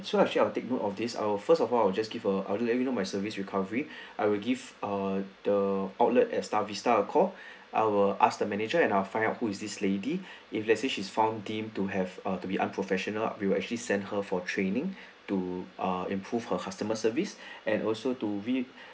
so actually I will take note of this I'll first of all I will just give her I'll let you know my service recovery I will give err the outlet at star vista a call I'll ask the manager and I'll find out who is this lady if let's say she's found deemed to have err to be unprofessional we'll actually send her for training to uh improve her customer service and also to v